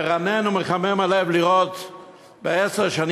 מרענן ומחמם הלב לראות בעשר השנים